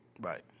Right